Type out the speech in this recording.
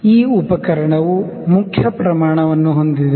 ಈ ಉಪಕರಣವು main scale ವನ್ನು ಹೊಂದಿದೆ